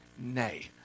nay